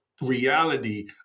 reality